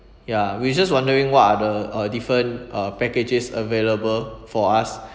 ya we just wondering what are the uh different uh packages available for us